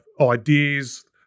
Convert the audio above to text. ideas